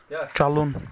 چلُن